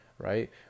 Right